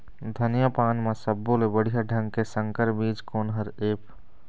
धनिया पान म सब्बो ले बढ़िया ढंग के संकर बीज कोन हर ऐप?